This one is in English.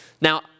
Now